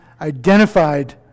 identified